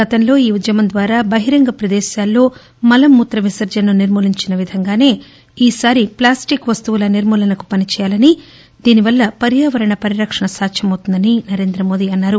గతంలో ఈ ఉద్యమం ద్వారా బహిరంగ ప్రదేశాల్లో మల మూత్ర విసర్దనను నిర్మూలించిన విధంగాసే ఈ సారి ప్లాస్టిక్ వస్తువుల నిర్మూలనకు పనిచేయాలని దీనివల్ల పర్వావరణ పరిరక్షణ కూడా సాధ్యమవుతుందని నరేంద్రమోదీ అన్నారు